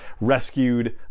rescued